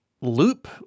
loop